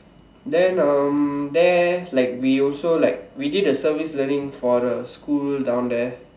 then um there like we also like we did a service learning for a school down there